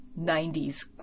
90s